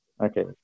Okay